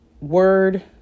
word